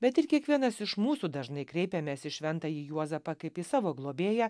bet ir kiekvienas iš mūsų dažnai kreipiamės į šventąjį juozapą kaip į savo globėją